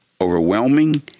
overwhelming